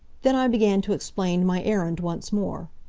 then i began to explain my errand once more.